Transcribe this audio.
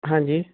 ਹਾਂਜੀ